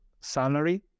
salary